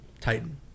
Titan